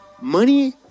Money